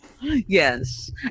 Yes